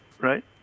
right